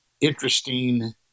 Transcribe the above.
interesting